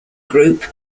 group